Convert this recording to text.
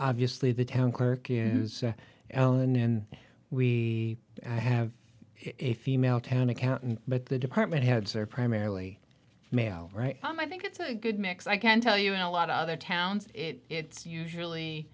obviously the town clerk in l a and then we have a female town accountant but the department heads are primarily male right um i think it's a good mix i can tell you in a lot of other towns it's usually